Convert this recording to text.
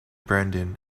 brandon